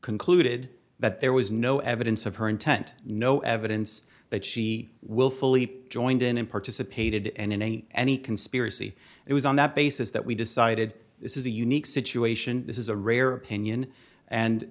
concluded that there was no evidence of her intent no evidence that she will fully joined in and participated and in any any conspiracy it was on that basis that we decided this is a unique situation this is a rare opinion and